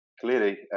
clearly